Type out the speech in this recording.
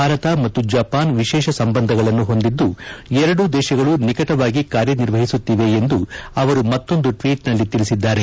ಭಾರತ ಮತ್ತು ಜಪಾನ್ ವಿಶೇಷ ಸಂಬಂಧಗಳನ್ನು ಹೊಂದಿದ್ದು ಎರಡೂ ದೇಶಗಳು ನಿಕಟವಾಗಿ ಕಾರ್ಯನಿರ್ವಹಿಸುತ್ತಿದೆ ಎಂದು ಅವರು ಮತ್ತೊಂದು ಟ್ನೀಟ್ನಲ್ಲಿ ತಿಳಿಸಿದ್ದಾರೆ